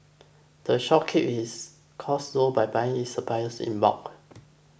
the shop keeps its costs low by buying its supplies in bulk